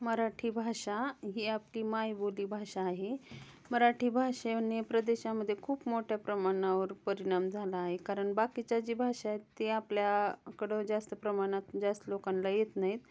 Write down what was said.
मराठी भाषा ही आपली मायबोली भाषा आहे मराठी भाषेने प्रदेशामध्ये खूप मोठ्या प्रमाणावर परिणाम झाला आहे कारण बाकीच्या जी भाषा आहेत ती आपल्याकडं जास्त प्रमाणात जास्त लोकांना येत नाहीत